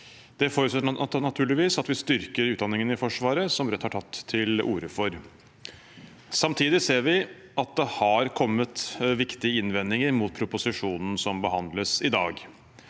Det forutsetter naturligvis at vi styrker utdanningene i Forsvaret, som Rødt har tatt til orde for. Samtidig ser vi at det har kommet viktige innvendinger mot proposisjonen som behandles i dag.